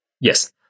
Yes